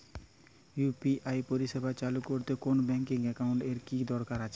UPI পরিষেবা চালু করতে কোন ব্যকিং একাউন্ট এর কি দরকার আছে?